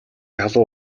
халуун